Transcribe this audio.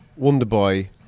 Wonderboy